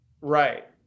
Right